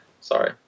Sorry